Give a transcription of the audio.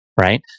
Right